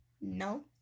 No